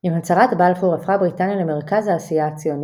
עם הצהרת בלפור הפכה בריטניה למרכז העשייה הציונית,